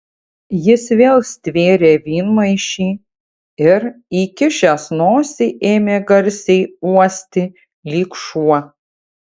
jis vėl stvėrė vynmaišį ir įkišęs nosį ėmė garsiai uosti lyg šuo